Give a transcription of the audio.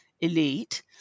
elite